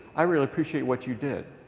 i really appreciate what you did.